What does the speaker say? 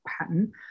pattern